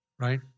right